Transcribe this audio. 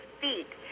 feet